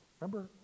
Remember